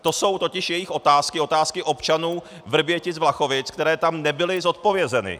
To jsou totiž jejich otázky, otázky občanů VrběticVlachovic, které tam nebyly zodpovězeny.